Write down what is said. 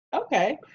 Okay